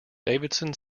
davidson